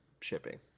shipping